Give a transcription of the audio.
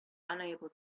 unable